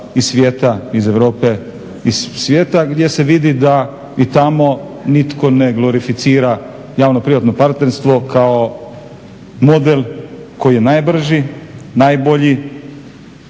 iz svijeta, iz Europe gdje se vidi da i tamo nitko ne glorificira javno-privatno partnerstvo kao model koji je najbrži, najbolji